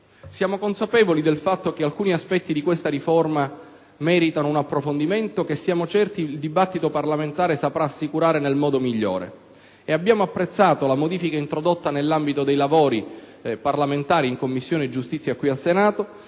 Siamo consapevoli del fatto che alcuni aspetti di questa riforma meritano un approfondimento, che il dibattito parlamentare, ne siamo certi, saprà assicurare nel modo migliore. Abbiamo apprezzato la modifica introdotta nell'ambito dei lavori parlamentari in Commissione giustizia qui in Senato